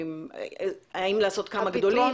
האם לעשות כמה גדולים,